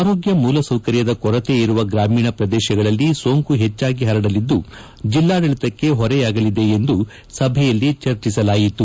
ಆರೋಗ್ಯ ಮೂಲಸೌಕರ್ಯದ ಕೊರತೆ ಇರುವ ಗ್ರಾಮೀಣ ಪ್ರದೇಶಗಳಲ್ಲಿ ಸೋಂಕು ಹೆಚ್ಚಾಗಿ ಹರಡಲಿದ್ದು ಜಿಲ್ಲಾಡಳಿತಕ್ಕೆ ಹೊರೆಯಾಗಲಿದೆ ಎಂದು ಸಭೆಯಲ್ಲಿ ಚರ್ಚಿಸಲಾಯಿತು